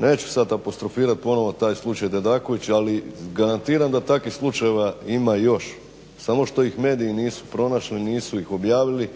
neću sad apostrofirat ponovo taj slučaj Dedaković ali garantiram da takvih slučajeva ima još samo što ih mediji nisu pronašli, nisu ih objavili